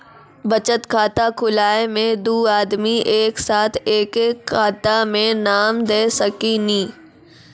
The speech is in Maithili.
बचत खाता खुलाए मे दू आदमी एक साथ एके खाता मे नाम दे सकी नी?